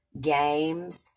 games